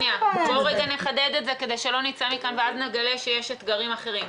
בואו רגע נחדד את זה כדי שלא נצא מכאן ואז נגלה שיש אתגרים אחרים.